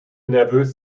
nervös